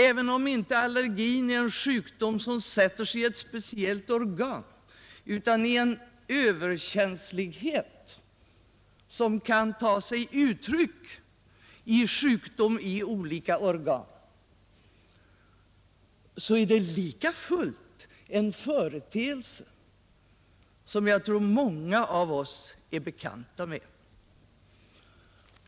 Även om allergin inte är en sjukdom som sätter sig i ett speciellt organ, utan är en överkänslighet som kan ta sig uttryck i sjukdom i olika organ, så är den en företeelse som jag tror många av oss är bekanta med.